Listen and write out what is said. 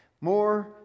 more